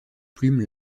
plume